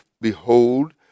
behold